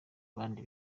abandi